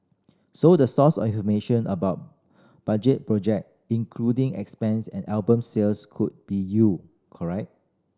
so the source of information about budget project including expense and album sales could be you correct